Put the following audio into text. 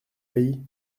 pays